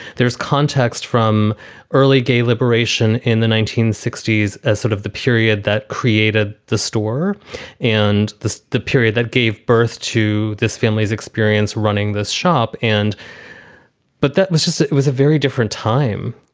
there's context from early gay liberation in the nineteen sixty s as sort of the period that created the store and the period that gave birth to this family's experience running this shop. and but that was just it was a very different time